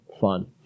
fun